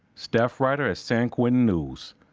staff writer at san quentin news.